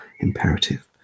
imperative